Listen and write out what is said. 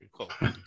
Cool